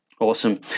awesome